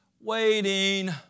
Waiting